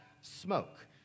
smoke